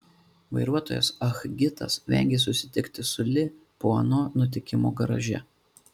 vairuotojas ah gitas vengė susitikti su li po ano nutikimo garaže